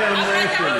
הנה המנהל שלי.